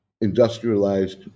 industrialized